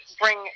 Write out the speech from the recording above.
bring